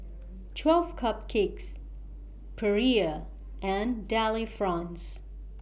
twelve Cupcakes Perrier and Delifrance